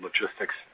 logistics